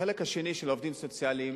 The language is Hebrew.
החלק השני, של העובדים הסוציאליים,